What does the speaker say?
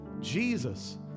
Jesus